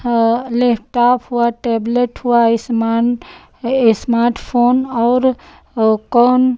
हा लेफ़टाप हुआ टेबलेट हुआ इस्मान इस्माट फ़ोन और ओ कौन